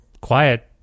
quiet